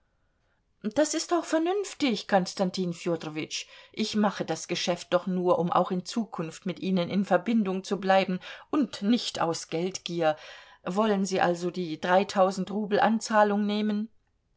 das ist auch vernünftig konstantin fjodorowitsch ich mache das geschäft doch nur um auch in zukunft mit ihnen in verbindung zu bleiben und nicht aus geldgier wollen sie also die dreitausend rubel anzahlung nehmen